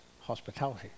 hospitality